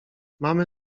mamy